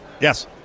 Yes